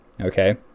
okay